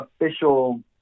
official